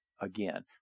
again